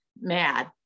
mad